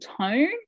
tone